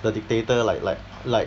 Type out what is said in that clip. the dictator like like like